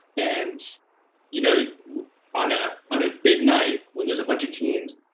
and you know on a on a big night, when there's a bunch of teams,